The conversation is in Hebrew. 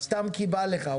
סתם כי בא לך,